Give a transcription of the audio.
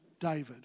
David